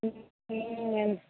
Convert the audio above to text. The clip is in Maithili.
हूँ